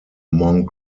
among